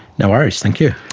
no worries, thank you.